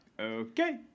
okay